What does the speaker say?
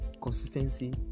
consistency